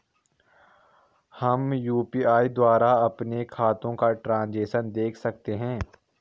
हम यु.पी.आई द्वारा अपने खातों का ट्रैन्ज़ैक्शन देख सकते हैं?